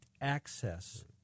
access